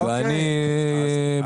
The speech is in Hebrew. אוקיי,